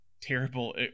terrible